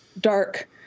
dark